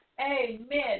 amen